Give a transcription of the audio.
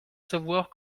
savoir